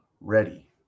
ready